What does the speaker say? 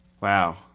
Wow